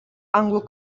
anglų